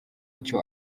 icyo